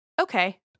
okay